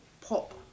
pop